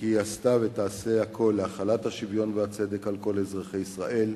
כי היא עשתה ותעשה הכול להחלת השוויון והצדק על כל אזרחי ישראל,